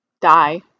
die